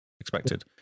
expected